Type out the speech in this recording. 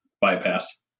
bypass